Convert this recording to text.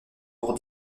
pour